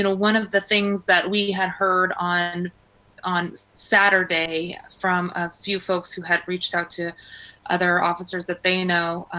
and one of the things we had heard on on saturday, from a few folks who had reached out to other officers that they know,